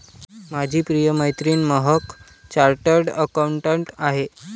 माझी प्रिय मैत्रीण महक चार्टर्ड अकाउंटंट आहे